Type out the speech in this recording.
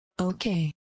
Okay